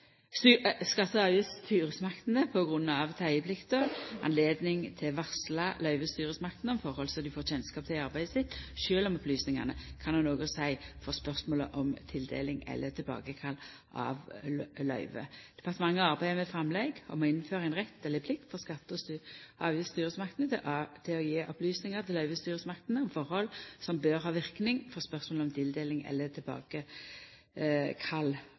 ikkje skatte- og avgiftsstyresmaktene på grunn av teieplikta høve til å varsla løyvestyresmaktene om forhold som dei får kjennskap til i arbeidet sitt, sjølv om opplysningane kan ha noko å seia for spørsmålet om tildeling eller tilbakekall av løyve. Departementet arbeider med eit framlegg om å innføra ein rett eller ei plikt for skatte- og avgiftsstyresmaktene til å gje opplysningar til løyvestyresmaktene om forhold som bør ha verknad for spørsmålet om tildeling eller